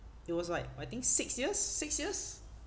it was like I think six years six years